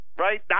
Right